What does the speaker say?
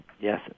Yes